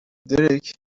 درکاینجا